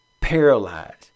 paralyzed